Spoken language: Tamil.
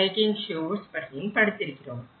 ரேகிங் ஷோர்ஸ் பற்றியும் படித்திருப்போம்